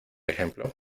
ejemplo